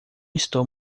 estou